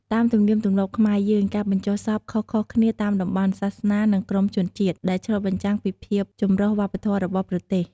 តាមទំនៀមទំលាប់ខ្មែរយើង ការបញ្ចុះសពខុសៗគ្នាតាមតំបន់ សាសនា និងក្រុមជនជាតិ ដែលឆ្លុះបញ្ចាំងពីភាពចម្រុះវប្បធម៌របស់ប្រទេស។